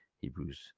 Hebrews